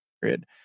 period